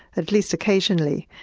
at least occasionally,